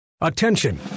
Attention